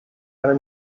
einer